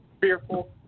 fearful